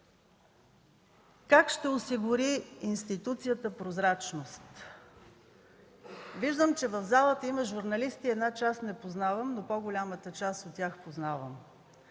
Как ще осигури институцията прозрачност? Виждам, че в залата има журналисти – една част не познавам, но по-голямата част от тях познавам,